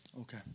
Okay